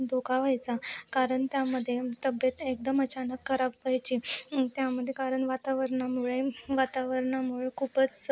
धोका व्हायचा कारण त्यामध्ये तब्येत एकदम अचानक खराब व्हायची त्यामध्ये कारण वातावरणामुळे वातावरणामुळं खूपच